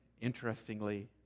interestingly